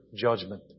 judgment